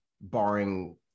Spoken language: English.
barring